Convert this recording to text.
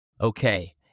Okay